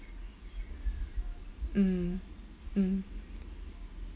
mm mm